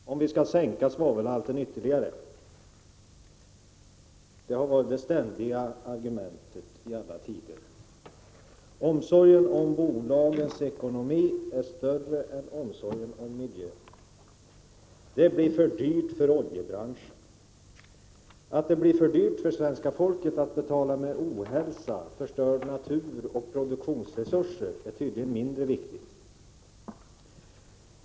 Herr talman! Martin Segerstedt hävdade att det blir svårigheter för de svenska raffinaderierna att sänka svavelhalten ytterligare vid framställning av tjock eldningsolja. Det har varit det ständiga argumentet i dessa tider. Omsorgen om bolagens ekonomi är större än omsorgen om miljön. Det blir för dyrt för oljebranschen, heter det. Att det blir för dyrt för svenska folket att betala med ohälsa, förstörd natur och produktionsresurser är tydligen mindre viktigt.